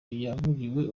yaburiwe